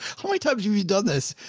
how many times you've done this?